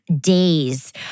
days